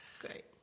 Great